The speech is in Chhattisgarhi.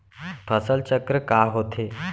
फसल चक्र का होथे?